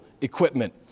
equipment